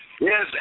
Yes